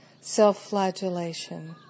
self-flagellation